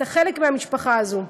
אתה חלק מהמשפחה הזאת.